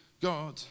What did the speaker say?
God